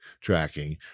tracking